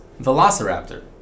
Velociraptor